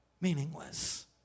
meaningless